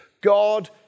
God